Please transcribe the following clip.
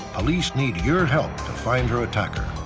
police need your help to find her attacker.